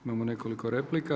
Imamo nekoliko replika.